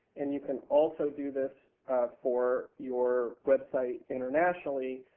and you can also do this for your website internationally,